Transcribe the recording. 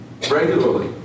regularly